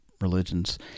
religions